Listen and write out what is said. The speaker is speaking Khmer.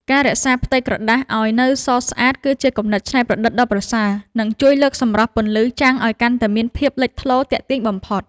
ការរក្សាផ្ទៃក្រដាសឱ្យនៅសស្អាតគឺជាគំនិតច្នៃប្រឌិតដ៏ប្រសើរ និង ជួយលើកសម្រស់ពន្លឺចាំងឱ្យកាន់តែមានភាពលេចធ្លោទាក់ទាញបំផុត។